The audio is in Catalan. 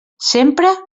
sempre